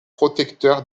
protecteur